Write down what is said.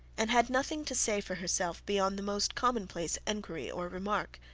and had nothing to say for herself beyond the most common-place inquiry or remark.